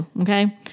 okay